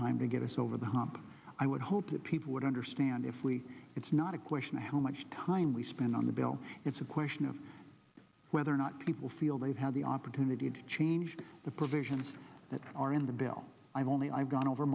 time to get us over the hump i would hope that people would understand if we it's not a question of how much time we spend on the bill it's a question of whether or not people feel they've had the opportunity to change the provisions that are in the bill i only i've gone over